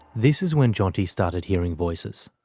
this is when jeanti started hearing voices.